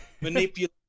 manipulate